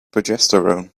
progesterone